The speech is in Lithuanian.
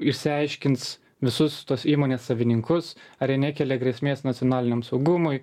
išsiaiškins visus tuos įmonės savininkus ar jie nekelia grėsmės nacionaliniam saugumui